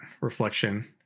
reflection